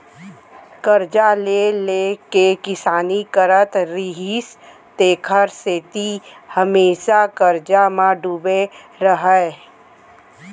करजा ले ले के किसानी करत रिहिस तेखर सेती हमेसा करजा म डूबे रहय